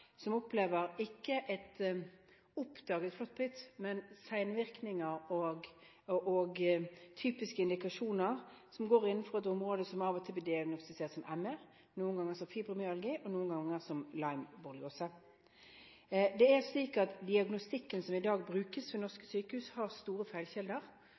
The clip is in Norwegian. som opplever et ikke-oppdaget flåttbitt, men opplever senvirkninger og typiske indikasjoner innenfor et område som av og til blir diagnostisert som ME, noen ganger som fibromyalgi og noen ganger som Lyme borreliose. Diagnostikken som i dag brukes ved norske sykehus, har store feilkilder.